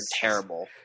terrible